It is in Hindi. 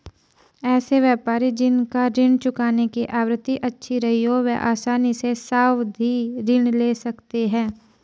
ऐसे व्यापारी जिन का ऋण चुकाने की आवृत्ति अच्छी रही हो वह आसानी से सावधि ऋण ले सकते हैं